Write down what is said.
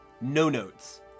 No-notes